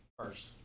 first